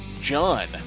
John